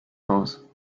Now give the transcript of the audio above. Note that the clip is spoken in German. haus